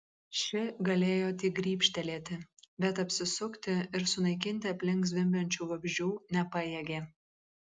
ši galėjo tik grybštelėti bet apsisukti ir sunaikinti aplink zvimbiančių vabzdžių nepajėgė